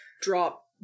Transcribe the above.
drop